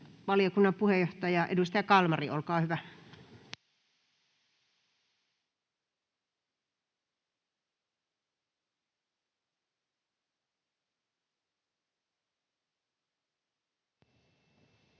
valiokunnan puheenjohtaja, edustaja Kalmari, olkaa hyvä. [Speech